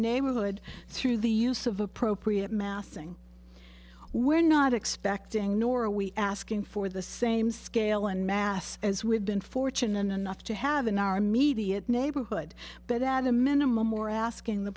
neighborhood through the use of appropriate massing we're not expecting nor are we asking for the same scale and mass as we've been fortunate enough to have in our media neighborhood but at a minimum or asking the